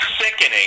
sickening